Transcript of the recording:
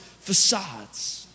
facades